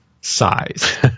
size